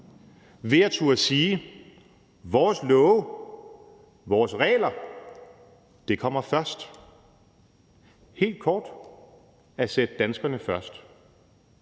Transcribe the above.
det at turde sige: Vores love, vores regler – det kommer først; helt kort at sætte danskerne først.